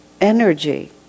energy